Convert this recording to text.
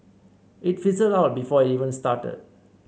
it fizzled out before even started